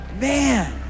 Man